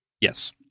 yes